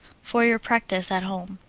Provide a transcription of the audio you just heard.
for your practise at home.